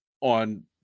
on